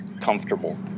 comfortable